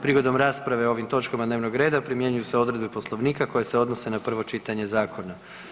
Prigodom rasprave o ovim točkama dnevnog reda primjenjuju se odredbe Poslovnika koje se odnose na prvo čitanje zakona.